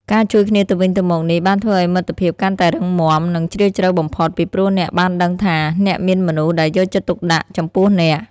ការជួយគ្នាទៅវិញទៅមកនេះបានធ្វើឱ្យមិត្តភាពកាន់តែរឹងមាំនិងជ្រាលជ្រៅបំផុត ពីព្រោះអ្នកបានដឹងថា អ្នកមានមនុស្សដែលយកចិត្តទុកដាក់ចំពោះអ្នក។